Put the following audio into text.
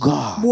God